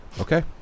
Okay